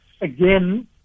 again